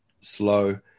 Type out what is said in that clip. slow